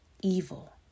evil